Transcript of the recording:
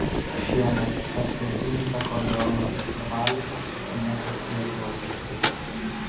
šiemet tarptautinis akordeono festivalis kaip niekad džiazuojantis